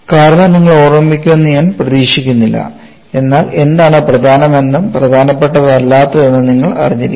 കാരണം നിങ്ങൾ ഓർമ്മിക്കുമെന്ന് ഞാൻ പ്രതീക്ഷിക്കുന്നില്ല എന്നാൽ എന്താണ് പ്രധാനമെന്നും പ്രധാനപ്പെട്ടതല്ലാത്തത് എന്നും നിങ്ങൾ അറിഞ്ഞിരിക്കണം